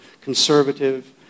conservative